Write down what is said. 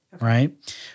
right